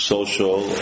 Social